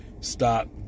stop